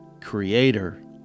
creator